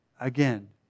Again